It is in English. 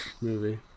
movie